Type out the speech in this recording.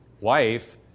wife